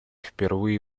впервые